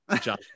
john